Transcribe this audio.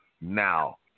now